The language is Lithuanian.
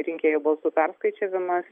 rinkėjų balsų perskaičiavimas